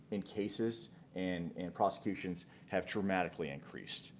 and cases and and prosecutions have dramatically increased.